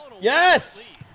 yes